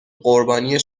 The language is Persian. قربانی